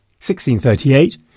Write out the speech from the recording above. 1638